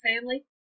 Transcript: family